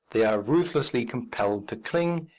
they are ruthlessly compelled to cling,